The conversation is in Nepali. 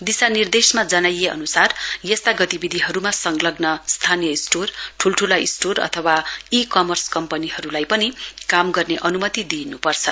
दिशानिर्देशमा जनाइए अनुसार यस्ता गतिविधिहरुमा संलग्न स्थानीय स्टोर ठूलठूला स्टोर अथवा ई कर्मस कम्पनीहरुलाई पनि काम गर्ने अनुमति दिइनुपर्छ